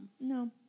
No